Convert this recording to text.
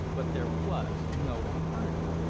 but there was no alternative.